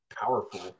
powerful